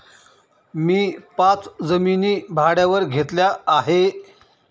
मी पाच जमिनी भाड्यावर घेतल्या आहे